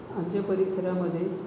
आमच्या परिसरामध्ये